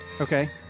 Okay